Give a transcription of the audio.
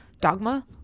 dogma